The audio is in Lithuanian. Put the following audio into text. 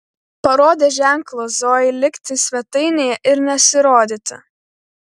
parodė ženklą zojai likti svetainėje ir nesirodyti